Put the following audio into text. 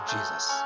Jesus